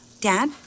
Dad